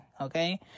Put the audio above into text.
okay